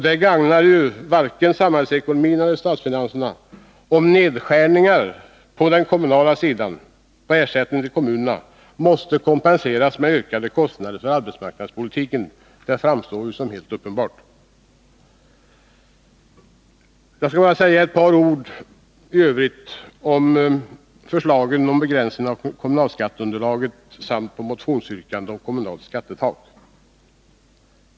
Det gagnar varken samhällsekonomin eller statsfinanserna om nedskärningar till kommunerna måste kompenseras med ökade kostnader för arbetsmarknadspolitiken. Det framstår som helt uppenbart. Jag skulle bara vilja säga ett par ord i övrigt om förslagen till begränsningar av det kommunala skatteunderlaget samt om motionsyrkandet om kommunalt skattetak.